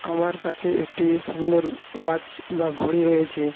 আমার কাছে একটি সুন্দর ওয়াচ বা ঘড়ি রয়েছে